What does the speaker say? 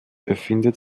befindet